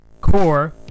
Core